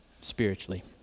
spiritually